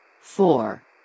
four